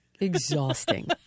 exhausting